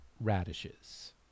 radishes